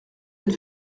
êtes